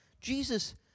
Jesus